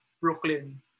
Brooklyn